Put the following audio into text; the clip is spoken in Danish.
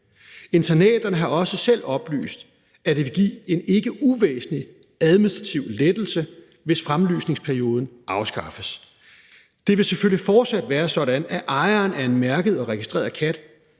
Internaterne har også selv oplyst, at det vil give en ikke uvæsentlig administrativ lettelse, hvis fremlysningsperioden afskaffes. Det vil selvfølgelig fortsat være sådan, at ejeren af en mærket og registreret kat